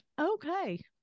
Okay